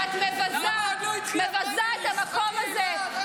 ואת מבזה את המקום הזה.